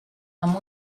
amb